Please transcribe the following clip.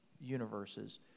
universes